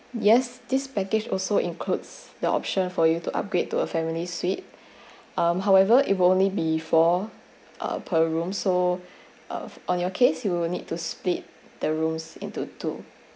yes this package also includes the option for you to upgrade to a family suite um however it will only be four uh per room so uh on your case you will need to split the rooms into two